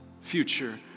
future